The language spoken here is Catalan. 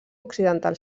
occidental